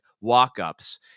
walk-ups